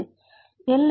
மாணவர் கோணம்